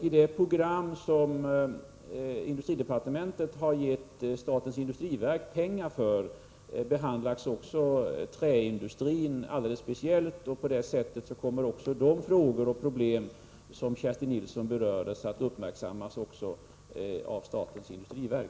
I det program för vilket industridepartementet har gett statens industriverk pengar behandlas träindustrin alldeles speciellt. På det sättet kommer de frågor och problem som Kerstin Nilsson berörde att uppmärksammas också av statens industriverk.